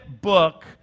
book